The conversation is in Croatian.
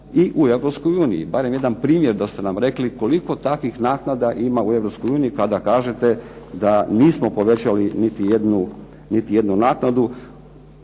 uniji, barem jedan primjer da ste nam rekli koliko takvih naknada ima u Europskoj uniji kada kažete da nismo povećali niti jednu naknadu.